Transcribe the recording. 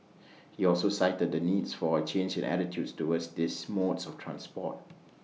he also cited the needs for A change in attitudes towards these modes of transport